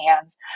hands